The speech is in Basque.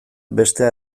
bestea